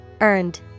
Earned